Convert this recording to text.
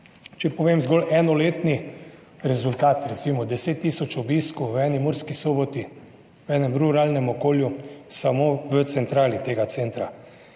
Če povem zgolj enoletni rezultat, recimo 10.000 obiskov v eni Murski Soboti, v enem ruralnem okolju samo v centrali tega centra.